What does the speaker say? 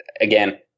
again